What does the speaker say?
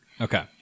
Okay